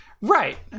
Right